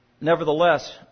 Nevertheless